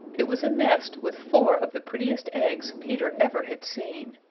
it was a nest with four of the prettiest eggs peter ever had seen.